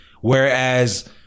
Whereas